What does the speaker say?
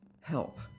help